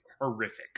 horrific